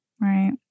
right